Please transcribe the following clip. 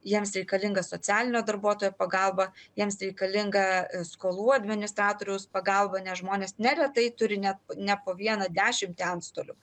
jiems reikalinga socialinio darbuotojo pagalba jiems reikalinga skolų administratoriaus pagalba nes žmonės neretai turi net ne po vieną dešimtį antstolių